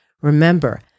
Remember